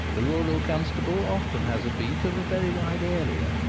the rural constable often has a beat of very wide area,